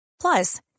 Plus